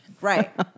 Right